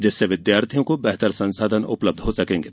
जिससे विद्यार्थियों को बेहतर संसाधन उपलब्ध हो सकेंगे